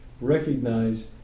recognize